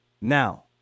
Now